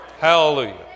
Hallelujah